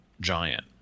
giant